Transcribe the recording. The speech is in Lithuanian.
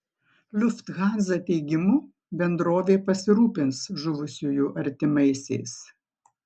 lufthansa teigimu bendrovė pasirūpins žuvusiųjų artimaisiais